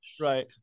right